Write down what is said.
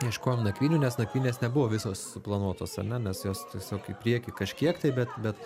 ieškojom nakvynių nes nakvynės nebuvo visos suplanuotos ar ne nes jos tiesiog į priekį kažkiek tai bet bet